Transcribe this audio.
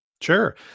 Sure